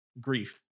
grief